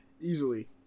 easily